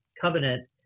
covenant